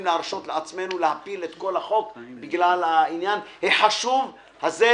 להרשות לעצמנו להפיל את כל הצעת החוק בגלל העניין החשוב הזה,